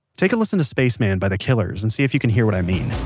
take a listen to spaceman, by the killers and see if you can hear what i mean